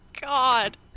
god